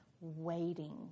waiting